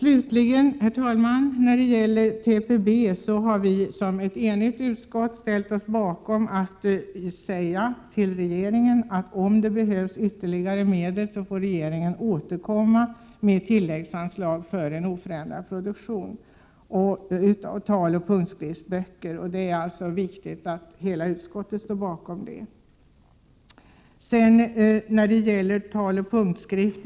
Beträffande TPB har ett enigt utskott ställt sig bakom ett uttalande till regeringen om att i fall det skulle behövas ytterligare medel för en oförändrad produktion av taloch punktskriftsböcker får regeringen återkomma med tilläggsanslag.